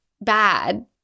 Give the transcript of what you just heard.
bad